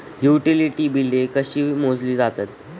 Utility बिले कशी मोजली जातात?